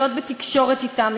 להיות בתקשורת אתם,